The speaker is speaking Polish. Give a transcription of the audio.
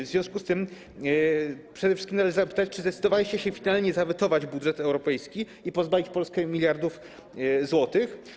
W związku z tym przede wszystkim należy zapytać: Czy zdecydowaliście się finalnie zawetować budżet europejski i pozbawić Polskę miliardów złotych?